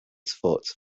foot